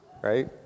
right